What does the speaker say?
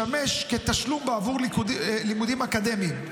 לשמש לתשלום בעבור לימודים אקדמיים,